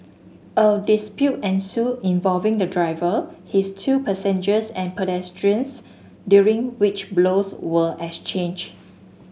of dispute ensued involving the driver his two passengers and pedestrians during which blows were exchanged